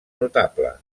notable